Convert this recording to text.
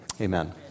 amen